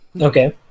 Okay